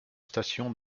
stations